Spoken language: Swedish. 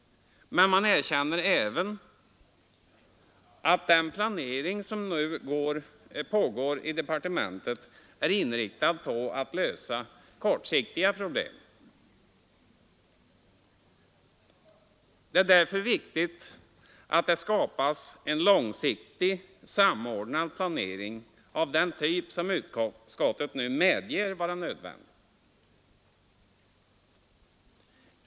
Men man erkänner även att den planering som nu pågår i departementet är inriktad på att lösa kortsiktiga problem. Det är därför viktigt att det skapas en långsiktig samordnad planering av den typ som utskottet nu medger vara nödvändig.